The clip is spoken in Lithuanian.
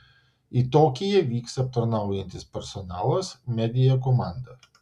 į tokiją vyks aptarnaujantis personalas media komanda